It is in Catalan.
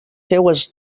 seues